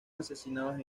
asesinados